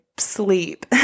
sleep